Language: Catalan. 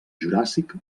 juràssic